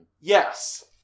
Yes